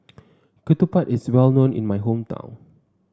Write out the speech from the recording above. Ketupat is well known in my hometown